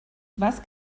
was